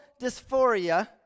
dysphoria